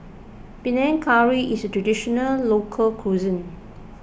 Panang Curry is a Traditional Local Cuisine